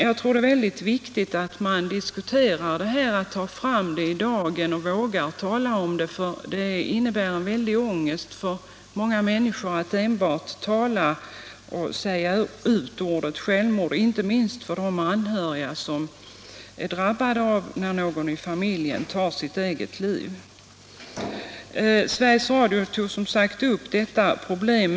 Jag tror att det är mycket viktigt att vi tar fram detta problem i dagen och vågar tala om det — för många människor medför det en väldig ångest att bara ta ordet ”självmord” i sin mun; inte minst gäller det de anhöriga som drabbas av att någon i familjen tar sitt eget liv. Sveriges Radio tog som sagt upp detta problem.